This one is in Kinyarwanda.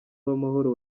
uwamahoro